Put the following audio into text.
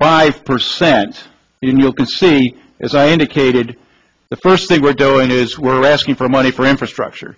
five percent and you can see as i indicated the first thing we're doing is we're asking for money for infrastructure